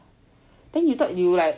then you thought you like